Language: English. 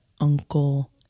Uncle